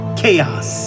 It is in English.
chaos